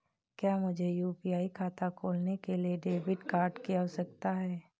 क्या मुझे यू.पी.आई खाता खोलने के लिए डेबिट कार्ड की आवश्यकता है?